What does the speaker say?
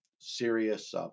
serious